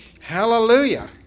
Hallelujah